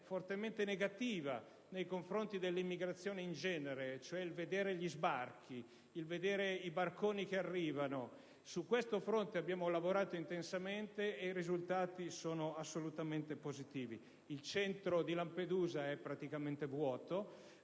fortemente negativa nei confronti dell'immigrazione in generale, cioè il problema degli sbarchi e dei barconi che arrivano in Italia, abbiamo lavorato intensamente, e i risultati sono assolutamente positivi. Il Centro di Lampedusa è praticamente vuoto,